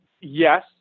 yes